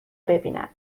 ببیند